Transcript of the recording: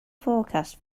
forecast